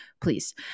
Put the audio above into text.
please